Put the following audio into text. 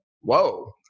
Whoa